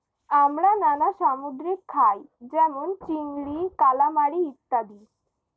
আমরা নানা সামুদ্রিক খাই যেমন চিংড়ি, কালামারী ইত্যাদি